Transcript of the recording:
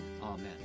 amen